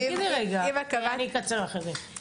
אני אקצר לך את זה.